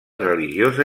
religiosa